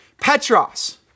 Petros